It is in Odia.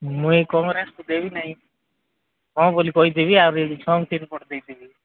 ମୁଇଁ କଂଗ୍ରେସକୁ ଦେବି ନାଇଁ ହଁ ବୋଲି କହିଦେବି ଆଉ ଏଇଠି ଶଙ୍ଖ ଚିହ୍ନକୁ ଭୋଟ ଦେଇଦେବି